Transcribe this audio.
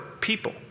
people